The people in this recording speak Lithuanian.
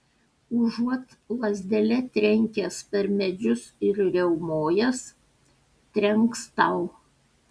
užuot lazdele trenkęs per medžius ir riaumojęs trenks tau